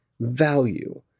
value